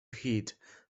hit